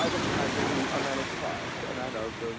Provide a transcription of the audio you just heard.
um recognize in you a man of parts, a man of.